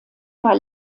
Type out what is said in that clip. war